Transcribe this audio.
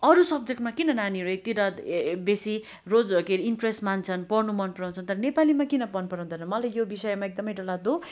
अरू सब्जेक्टमा किन नानीहरू यति डरलाग्दो बेसी रो के हरे इन्टरेस्ट मान्छन् पढ्नु मन पराउँछन् तर नेपालीमा किन मन पराउँदैन मलाई यो विषयमा एकदमै डरलाग्दो